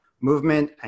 movement